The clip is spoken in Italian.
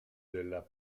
del